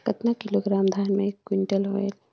कतना किलोग्राम धान मे एक कुंटल होयल?